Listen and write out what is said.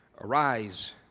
Arise